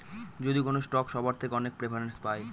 যদি কোনো স্টক সবার থেকে অনেক প্রেফারেন্স পায়